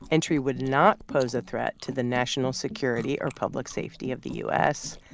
entry would not pose a threat to the national security or public safety of the u s.